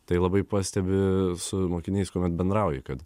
tai labai pastebi su mokiniais kuomet bendrauji kad